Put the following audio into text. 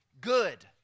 good